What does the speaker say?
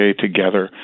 together